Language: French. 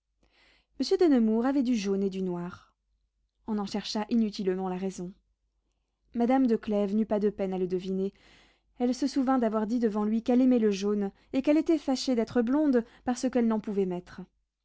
monsieur de nemours avait du jaune et du noir on en chercha inutilement la raison madame de clèves n'eut pas de peine à le deviner elle se souvint d'avoir dit devant lui qu'elle aimait le jaune et qu'elle était fâchée d'être blonde parce qu'elle n'en pouvait mettre